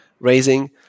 raising